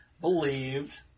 believed